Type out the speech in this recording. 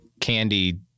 candy